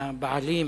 מהבעלים